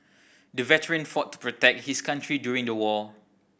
the veteran fought to protect his country during the war